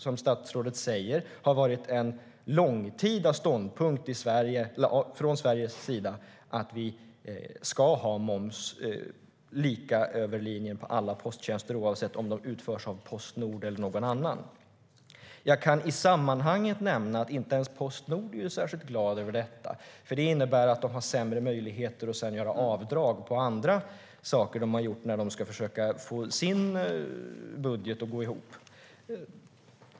Som statsrådet säger har det varit en långtida ståndpunkt från Sveriges sida att det ska vara moms lika över linjen på alla posttjänster oavsett om de utförs av Postnord eller någon annan. Jag kan i sammanhanget nämna att inte ens Postnord är särskilt glad. Det innebär att Postnord får sämre möjligheter att göra avdrag på andra saker när man ska försöka få sin budget att gå ihop.